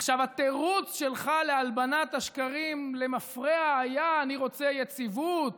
עכשיו התירוץ שלך להלבנת השקרים למפרע היה: אני רוצה יציבות,